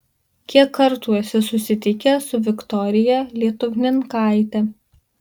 kiek kartų esi susitikęs su viktorija lietuvninkaite